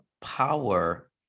power